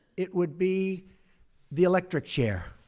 it would be the electric chair,